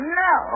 no